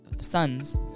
sons